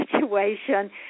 situation